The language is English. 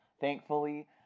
Thankfully